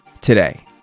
today